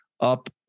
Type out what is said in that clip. up